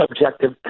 objective